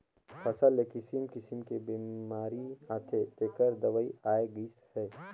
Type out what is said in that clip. फसल मे किसिम किसिम के बेमारी आथे तेखर दवई आये गईस हे